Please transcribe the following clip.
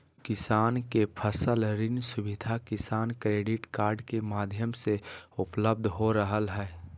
किसान के फसल ऋण सुविधा किसान क्रेडिट कार्ड के माध्यम से उपलब्ध हो रहल हई